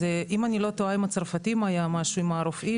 אז אם אני לא טועה עם הצרפתים היה משהו עם הרופאים.